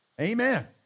Amen